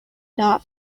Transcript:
not